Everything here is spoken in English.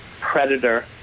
predator